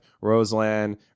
Roseland